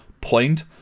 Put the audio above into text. point